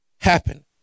happen